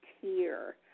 tier